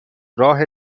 راه